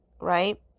right